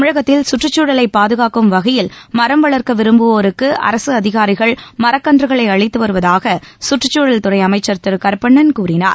தமிழகத்தில் சுற்றுச்சூழலை பாதுகாக்கும் வகையில் மரம் வளர்க்க விரும்புவோருக்கு அரசு அதிகாரிகள் மரக்கன்றுகளை அளித்து வருவதாக சுற்றுச்சூழல் துறை அமைச்சர் திரு கருப்பண்ணன் கூறினார்